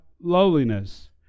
lowliness